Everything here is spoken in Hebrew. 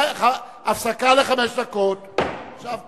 (הישיבה נפסקה בשעה 18:39 ונתחדשה